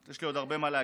יש לי עוד הרבה מה להגיד.